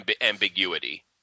ambiguity